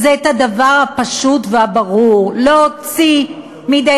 זה את הדבר הפשוט והברור: להוציא מידי